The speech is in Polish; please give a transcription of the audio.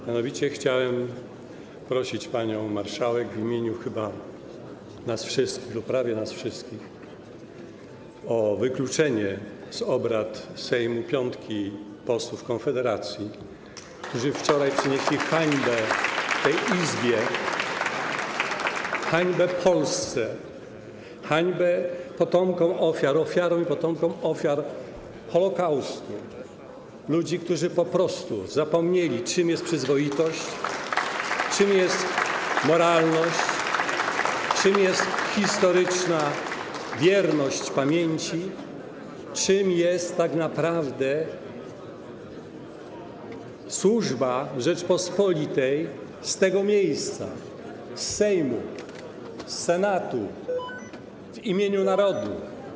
Mianowicie chciałbym prosić panią marszałek w imieniu chyba nas wszystkich, prawie wszystkich, o wykluczenie z obrad Sejmu piątki posłów Konfederacji, którzy wczoraj przynieśli hańbę tej Izbie, hańbę Polsce, hańbę ofiarom i potomkom ofiar Holocaustu, o wykluczenie ludzi, którzy po prostu zapomnieli, czym jest przyzwoitość, czym jest moralność, czym jest historyczna wierność pamięci, czym jest tak naprawdę służba w Rzeczypospolitej z tego miejsca, z Sejmu, z Senatu, w imieniu narodu.